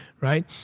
right